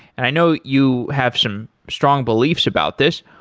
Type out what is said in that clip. i know you have some strong beliefs about this.